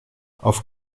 auf